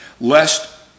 lest